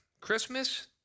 Christmas